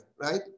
right